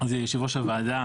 יושב ראש הוועדה,